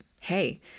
hey –